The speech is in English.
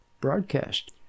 broadcast